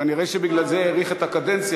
כנראה בגלל זה הוא האריך את הקדנציה,